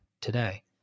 today